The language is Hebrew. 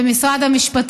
במשרד המשפט.